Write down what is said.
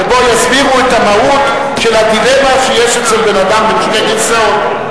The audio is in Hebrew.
שבו יסבירו את המהות של הדילמה שיש אצל בן-אדם בין שתי גרסאות.